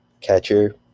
catcher